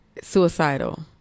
suicidal